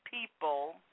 people